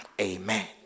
Amen